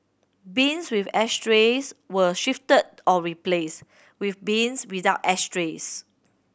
bins with ashtrays will shifted or replaced with bins without ashtrays